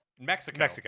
mexico